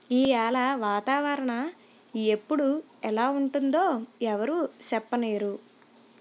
ఈయాల వాతావరణ ఎప్పుడు ఎలా ఉంటుందో ఎవరూ సెప్పనేరు